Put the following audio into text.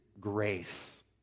grace